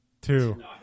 two